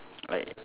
like